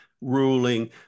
ruling